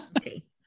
okay